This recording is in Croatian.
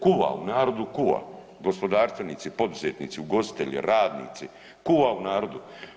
Kuva, u narodu kuva, gospodarstveni, poduzetnici, ugostitelji, radnici, kuva u narodu.